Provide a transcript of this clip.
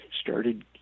started